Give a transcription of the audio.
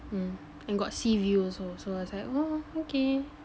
mm and got sea view also so I was like oh okay